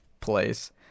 place